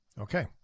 Okay